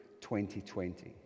2020